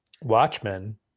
Watchmen